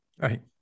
Right